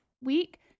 week